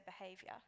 behavior